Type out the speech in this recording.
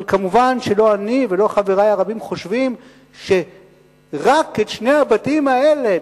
אבל כמובן לא אני ולא חברי הרבים חושבים שרק את שני הבתים האלה,